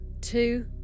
two